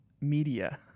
Media